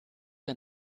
der